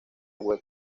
web